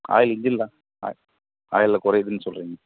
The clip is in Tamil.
ஆயில் இன்ஜினில் தான் ஆகி ஆயிலில் குறையுதுனு சொல்கிறீங்க